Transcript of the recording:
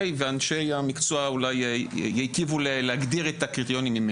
אנשי המקצוע יטיבו אולי להגדיר את הקריטריונים.